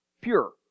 pure